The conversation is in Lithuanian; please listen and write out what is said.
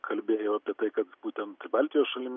kalbėjau apie tai kad būtent baltijos šalim